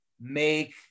make